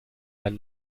einen